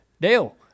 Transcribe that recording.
Dale